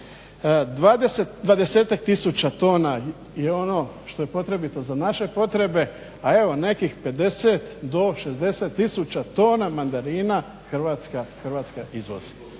tisuća tona je ono što je potrebito za naše potrebe, a evo nekih 50-60 tisuća tona mandarina Hrvatska izvozi.